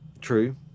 true